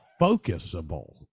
focusable